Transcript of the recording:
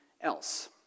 else